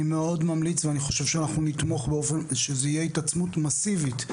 אני מאוד ממליץ ואני חושב שאנחנו נתמוך שזאת תהיה התעצמות מאסיבית,